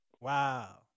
Wow